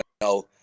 no